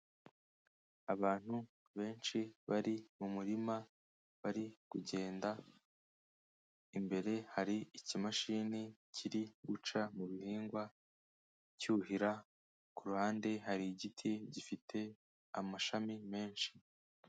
Abantu benshi bari mu murima bari kugenda, imbere hari ikimashini kiri guca mu bihingwa, cyuhira, ku ruhande hari igiti gifite amashami menshi.